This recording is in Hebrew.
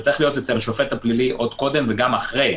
זה צריך להיות אצל שופט הפלילי עוד קודם וגם אחרי.